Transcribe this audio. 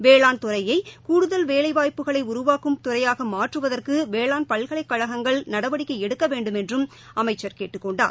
வேளாண்துறையை கூடுதல் வேலைவாய்ப்புகளை உருவாக்கும் துறையாக மாற்றுவதற்கு வேளாண் பல்கலைக்கழகங்கள் நடவடிக்கை எடுக்க வேண்டும் என்றும் அமைச்சர் கேட்டுக் கொண்டார்